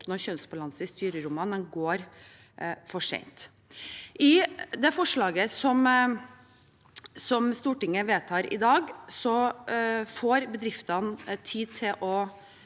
oppnå kjønnsbalanse i styrerommene går for sent. I det forslaget som Stortinget kommer til å vedta i dag, får bedriftene tid til å